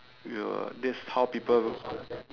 you will that's how people